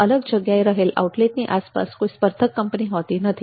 અલગ જગ્યાએ રહેલ આઉટલેટની આસપાસ કોઈ સ્પર્ધક કંપની હોતી નથી